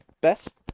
best